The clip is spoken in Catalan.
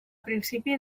principi